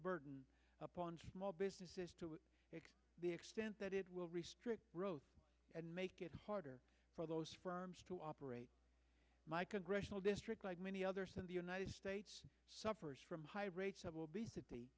burden upon small businesses to the extent that it will restrict growth and make it harder for those to operate my congressional district like many others in the united states suffers from high rates of obesity